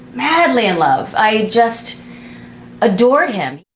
madly in love! i just adored him.